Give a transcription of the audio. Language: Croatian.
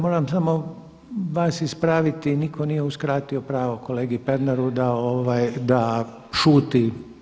Moram samo vas ispraviti nitko nije uskratio pravo kolegi Pernaru da šuti.